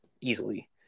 easily